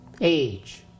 age